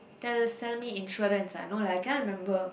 tell sell me insurance ah no lah I cannot remember